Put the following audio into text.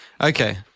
Okay